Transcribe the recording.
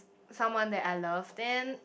someone that I love then